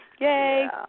Yay